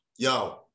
Yo